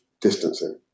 Distancing